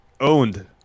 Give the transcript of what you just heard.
owned